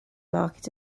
market